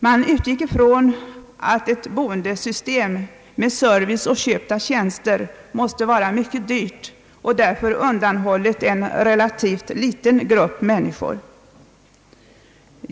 Man utgick från att ett boendesystem med service och köp av tjänster måste vara mycket dyrt och av den anledningen förbehållet en relativt liten grupp människor.